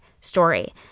story